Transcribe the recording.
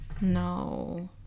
no